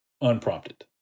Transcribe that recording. unprompted